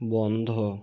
বন্ধ